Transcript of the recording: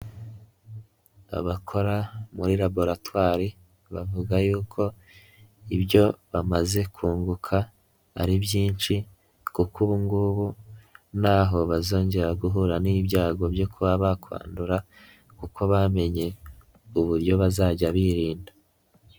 Abakora muri laboratwari bavuga yuko ibyo bamaze kunguka ari byinshi kuko ubu ngubu ntaho bazongera guhura n'ibyago byo kuba bakwandura kuko bamenye uburyo bazajya birinda.